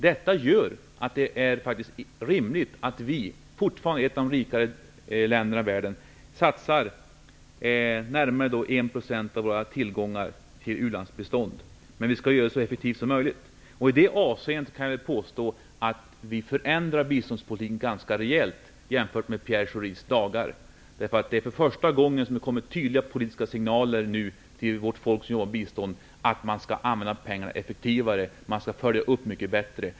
Detta gör att det faktiskt är rimligt att Sverige, som fortfarande är ett av de rikare länderna i världen, satsar närmare en procent av våra tillgångar till u-landsbistånd. Vi skall dock göra det så effektivt som möjligt. I det avseendet kan jag väl påstå att vi har förändrat biståndspolitiken ganska rejält jämfört med Pierre Schoris dagar. För första gången har det nu kommit tydliga politiska signaler till vårt folk som jobbar med bistånd om att man skall använda pengarna effektivare. Man skall följa upp mycket bättre.